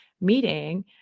meeting